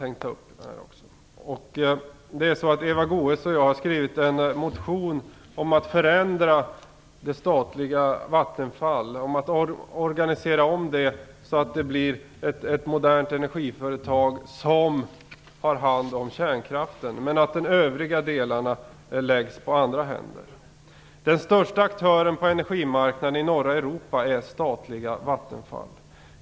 Eva Goes och jag har skrivit en motion om att förändra det statliga Vattenfall och organisera om det så att det blir ett modernt energiföretag som tar hand om kärnkraften, men att övriga delar läggs på andra händer. Den största aktören på energimarknaden i norra Europa är statliga Vattenfall.